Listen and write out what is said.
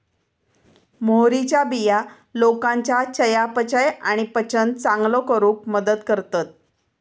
मोहरीच्या बिया लोकांच्या चयापचय आणि पचन चांगलो करूक मदत करतत